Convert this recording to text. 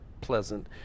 pleasant